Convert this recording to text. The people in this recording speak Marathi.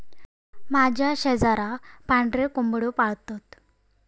माझ्या शेजाराक पांढरे कोंबड्यो पाळतत